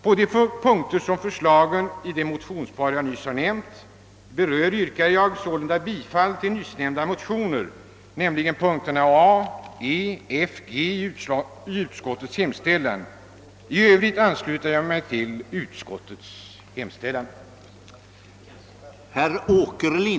På de punkter, som berör förslagen i det motionspar jag nyss har nämnt, yrkar jag sålunda bifall till nyssnämnda motioner, alltså punkterna A, E, F och G i utskottets hemställan. I övrigt ansluter jag mig till utskottets hemställan.